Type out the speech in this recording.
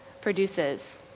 produces